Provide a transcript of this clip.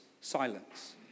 silence